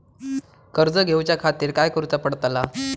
कर्ज घेऊच्या खातीर काय करुचा पडतला?